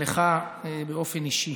לך באופן אישי.